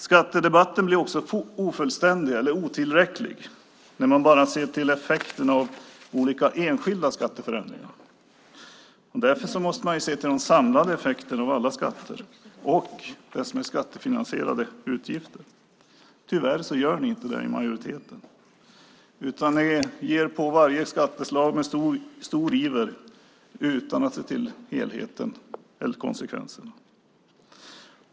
Skattedebatten blir också ofullständig eller otillräcklig när man bara ser till effekterna av enskilda skatteförändringar. Därför måste man se till de samlade effekterna av alla skatter och det som är skattefinansierade utgifter. Tyvärr gör ni inte det i majoriteten. Ni ger er på varje skatteslag med stor iver utan att se till helheten eller konsekvenserna.